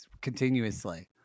continuously